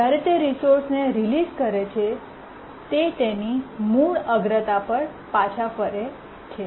જ્યારે તે રિસોર્સને રિલીઝ કરે છે તે તેની મૂળ અગ્રતા પર પાછા ફરે છે